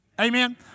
Amen